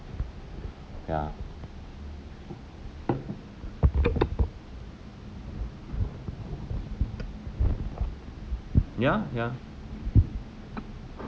ya ya ya